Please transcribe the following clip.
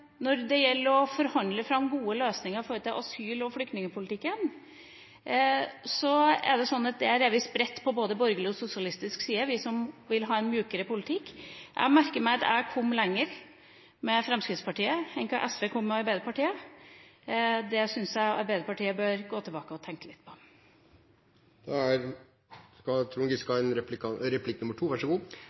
når det gjelder å forhandle fram gode løsninger i asyl- og flyktningpolitikken, er det sånn at vi som vil ha en mykere politikk, er spredt, både på borgerlig og sosialistisk side. Jeg merket meg at jeg kom lenger med Fremskrittspartiet enn hva SV kom med Arbeiderpartiet. Det syns jeg Arbeiderpartiet bør gå tilbake og tenke litt på. Jeg er helt enig i at vi skal